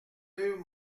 deux